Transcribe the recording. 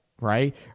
right